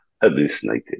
hallucinated